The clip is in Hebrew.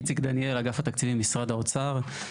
איציק דניאל, אגף התקציבים, משרד האוצר.